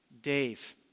Dave